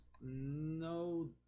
no